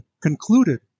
concluded